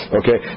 okay